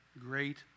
Great